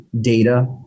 data